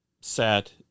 set